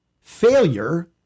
failure